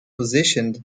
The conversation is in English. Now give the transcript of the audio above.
positioned